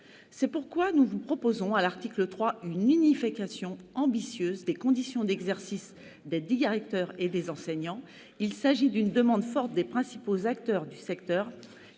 C'est pourquoi nous vous proposons, à l'article 3, une unification ambitieuse des conditions d'exercice des directeurs et des enseignants. Il s'agit d'une demande forte des principaux acteurs du secteur,